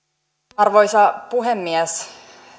arvoisa puhemies